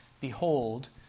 Behold